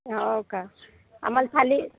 हो का आम्हाला थालि